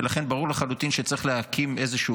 ולכן ברור לחלוטין שצריך להקים איזשהו